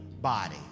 body